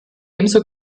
ebenso